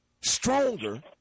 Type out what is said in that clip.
stronger